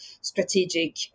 strategic